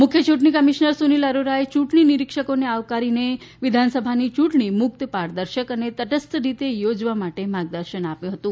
મુખ્ય યૂંટણી કમીશ્નર સુનિલ અરોરાએ ચૂંટણી નિરીક્ષકોને આવકારીને વિધાનસભાની યૂંટણી મુક્ત પારદર્શક તથા તટસ્થ રીતે યોજવા માટે માર્ગદર્શન આપ્યું હતું